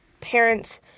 parents